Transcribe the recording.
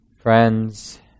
friends